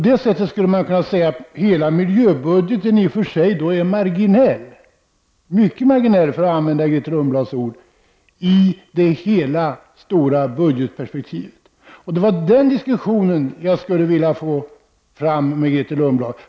Man skulle kunna säga att hela miljöbudgeten i och för sig är mycket marginell, för att använda Grethe Lundblads ord, i det hela stora budgetperspektivet. Det var den diskussionen som jag skulle vilja föra med Grethe Lundblad.